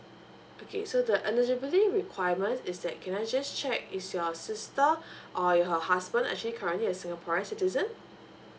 okay so the eligibility requirements is that can I just check is your sister or her husband actually currently a singaporean citizen